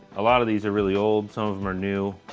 a lot of these are really old. some of them are new